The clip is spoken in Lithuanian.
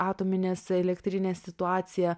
atominės elektrinės situacija